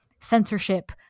censorship